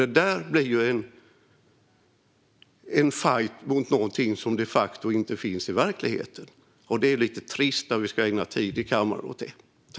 Det där blir en fajt mot någonting som de facto inte finns i verkligheten. Det är lite trist att vi ska ägna tid i kammaren åt det.